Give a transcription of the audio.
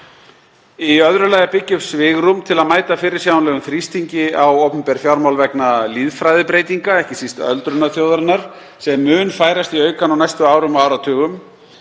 Í öðru lagi að byggja upp svigrúm til að mæta fyrirsjáanlegum þrýstingi á opinber fjármál vegna lýðfræðibreytinga, ekki síst öldrunar þjóðarinnar sem mun færast í aukana á næstu árum og áratugum.